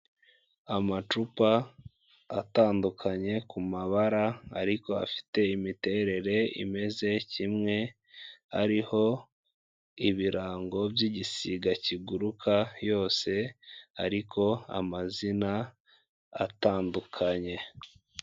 Amacupa atandukanye ku mabara ariko afite imiterere imeze kimwe, ariho ibirango by'igisiga kiguruka yose ariko amazina atandukanye.